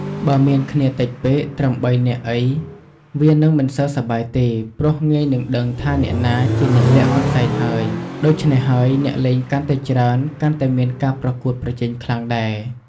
បើមានគ្នាតិចពេកត្រឹម៣ នាក់អី វានឹងមិនសូវសប្បាយទេ ព្រោះងាយនឹងដឹងថាអ្នកណាជាអ្នកលាក់កន្សែងហើយ ដូច្នេះហើយអ្នកលេងកាន់តែច្រើន កាន់តែមានការប្រកួតប្រជែងខ្លាំងដែរ។